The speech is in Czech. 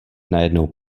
najednou